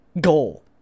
goal